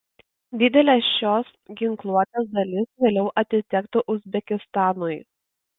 didelė šios ginkluotės dalis vėliau atitektų uzbekistanui